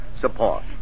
support